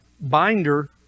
binder